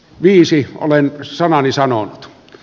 viisi olen sanani sanonut